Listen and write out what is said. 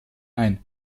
ein